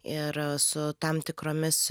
ir su tam tikromis